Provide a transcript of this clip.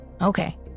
Okay